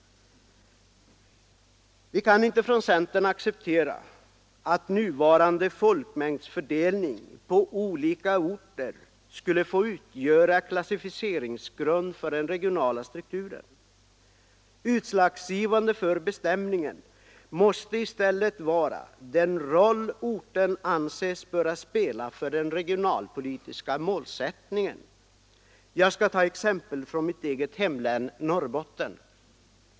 Centern kan inte acceptera att nuvarande folkmängdsfördelning på olika orter skulle få utgöra klassificeringsgrund för den regionala strukturen. Utslagsgivande för bestämningen måste i stället vara den roll orten anses böra spela för den regionalpolitiska målsättningen. Jag skall ta ett exempel från mitt eget hemlän, Norrbotten.